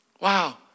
Wow